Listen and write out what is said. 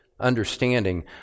understanding